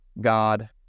God